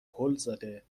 پلزده